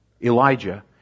Elijah